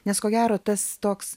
nes ko gero tas toks